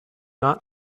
not